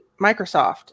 Microsoft